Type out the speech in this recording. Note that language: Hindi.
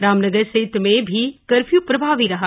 रामनगर क्षेत्र में भी कर्फ्यू प्रभावी रहा